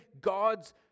God's